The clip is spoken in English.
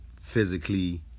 physically